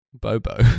Bobo